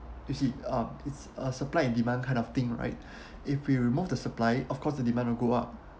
you see uh it's a supply and demand kind of thing right if we remove the supply of course the demand would go up